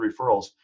referrals